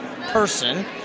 person